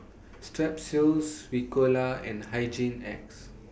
Strepsils Ricola and Hygin X